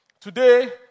Today